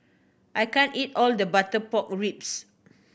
I can't eat all the butter pork ribs